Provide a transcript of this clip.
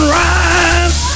rise